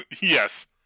Yes